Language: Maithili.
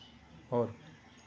आओर